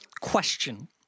question